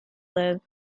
live